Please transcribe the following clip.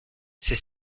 c’est